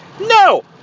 No